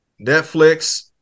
Netflix